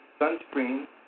sunscreen